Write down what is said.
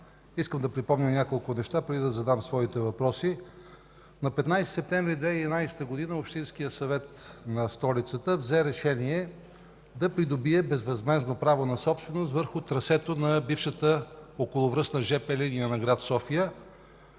Искам да припомня няколко неща, преди да задам своите въпроси. На 15 септември 2011 г. Общинският съвет на столицата взе решение да придобие безвъзмездно право на собственост върху трасето на бившата околовръстна жп линия на град София,